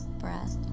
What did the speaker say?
breath